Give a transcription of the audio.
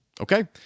Okay